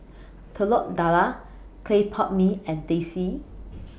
Telur Dadah Clay Pot Mee and Teh C